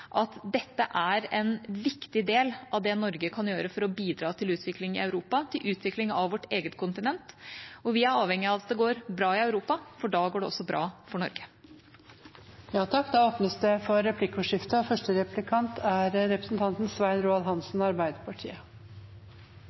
at dette er en viktig del av det Norge kan gjøre for å bidra til utvikling i Europa, til utvikling av vårt eget kontinent. Vi er avhengig av at det går bra i Europa, for da går det også bra for